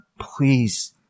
please